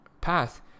path